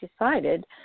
decided